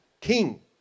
king